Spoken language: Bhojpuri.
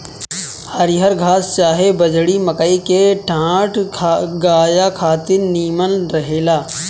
हरिहर घास चाहे बजड़ी, मकई के डांठ गाया खातिर निमन रहेला